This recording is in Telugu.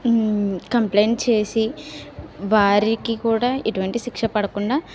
కంప్లైంట్ చేసి వారికి కూడా ఎటువంటి శిక్ష పడకుండా